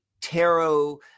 tarot